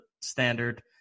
standard